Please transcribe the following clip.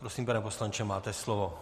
Prosím, pane poslanče, máte slovo.